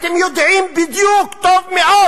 אתם יודעים בדיוק, טוב מאוד,